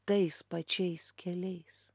tais pačiais keliais